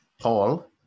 Paul